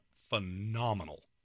phenomenal